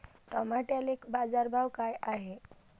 टमाट्याले बाजारभाव काय हाय?